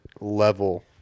level